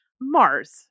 Mars